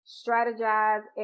strategize